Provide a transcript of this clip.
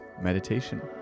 meditation